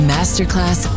Masterclass